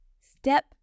Step